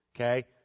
okay